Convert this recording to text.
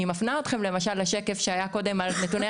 אני מפנה אתכם לשקף שהיה קודם על נתוני